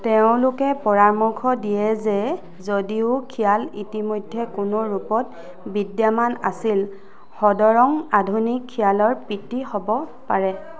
তেওঁলোকে পৰামৰ্শ দিয়ে যে যদিও খিয়াল ইতিমধ্যে কোনো ৰূপত বিদ্যমান আছিল সদৰং আধুনিক খিয়ালৰ পিতৃ হ'ব পাৰে